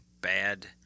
bad